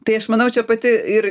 tai aš manau čia pati ir